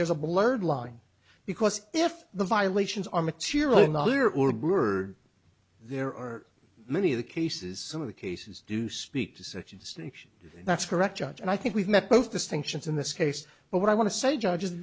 there is a blurred line because if the violations are material in the air or bird there are many of the cases some of the cases do speak to such a distinction that's correct judge and i think we've met both distinctions in this case but what i want to say judge